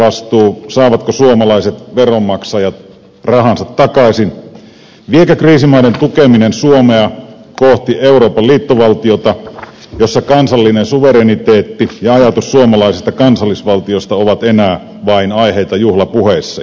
toteutuuko sijoittajavastuu saavatko suomalaiset veronmaksajat rahansa takaisin viekö kriisimaiden tukeminen suomea kohti euroopan liittovaltiota jossa kansallinen suvereniteetti ja ajatus suomalaisesta kansallisvaltiosta ovat enää vain aiheita juhlapuheisiin